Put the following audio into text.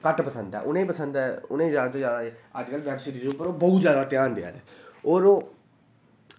घट्ट पसंद ऐ उ'नें पसंद ऐ उनें गी जादा तू जादा एह् अज्जकल वैब सीरिज उप्पर ओह् बहुत जादा ध्यान देआ दे होर ओह्